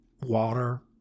Water